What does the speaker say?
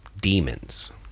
demons